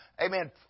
Amen